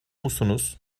musunuz